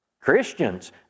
Christians